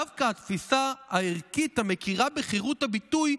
דווקא התפיסה הערכית המכירה בחירות הביטוי,